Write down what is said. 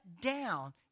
down